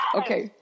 okay